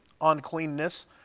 uncleanness